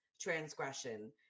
transgression